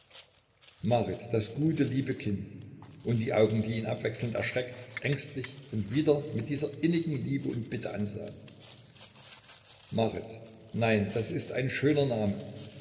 marit das gute liebe kind und die augen die ihn abwechselnd erschreckt ängstlich und wieder mit dieser innigen liebe und bitte ansahen marit nein ist das ein schöner name